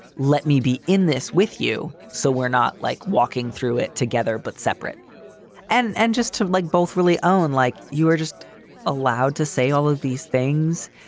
let me be in this with you so we're not like walking through it together, but separate and and just to like both really own, like you were just allowed to say all of these things.